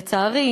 לצערי,